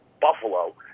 Buffalo